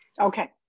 Okay